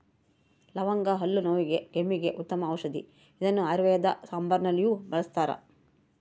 ಲವಂಗ ಹಲ್ಲು ನೋವಿಗೆ ಕೆಮ್ಮಿಗೆ ಉತ್ತಮ ಔಷದಿ ಇದನ್ನು ಆಯುರ್ವೇದ ಸಾಂಬಾರುನಲ್ಲಿಯೂ ಬಳಸ್ತಾರ